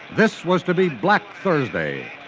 this was to be black thursday,